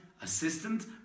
Assistant